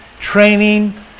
training